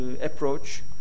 approach